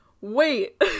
wait